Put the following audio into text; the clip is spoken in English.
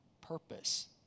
purpose